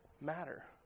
matter